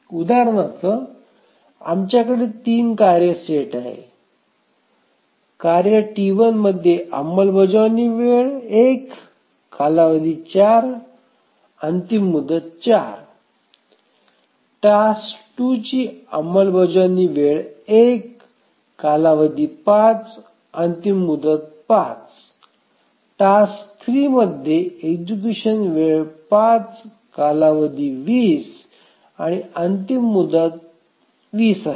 उदाहरणार्थ आमच्याकडे ३ कार्य सेट आहे कार्ये T1 मध्ये अंमलबजावणी वेळ 1 कालावधी 4 अंतिम मुदत 4 टास्क 2 ची अंमलबजावणी वेळ 1 कालावधी 5 अंतिम मुदत 5 टास्क 3 मध्ये एक्झिक्यूशन वेळ 5 कालावधी 20 आणि अंतिम मुदत 20 आहे